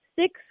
six